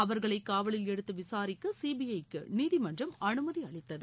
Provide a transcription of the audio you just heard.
அவர்களை காவலில் எடுத்து விசாரிக்க சிபிஐக்கு நீதிமன்றம் அனுமதி அளித்தது